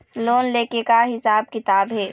Loan ले के का हिसाब किताब हे?